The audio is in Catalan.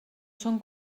són